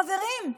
חברים,